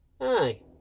Aye